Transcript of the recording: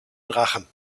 drachen